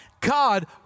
God